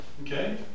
Okay